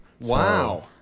Wow